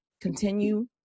continue